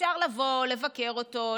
אפשר לבוא לבקר אותו,